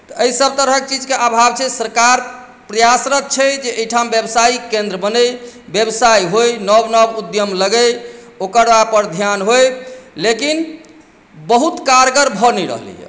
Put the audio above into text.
तऽ एहिसभ तरहक चीजके अभाव छै सरकार प्रयासरत छै जे एहिठाम व्यावसायिक केन्द्र बनय व्यवसाय होइ नव नव उद्यम लगय ओकरापर ध्यान होइ लेकिन बहुत कारगर भऽ नहि रहलैए